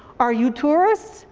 are you tourists?